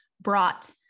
brought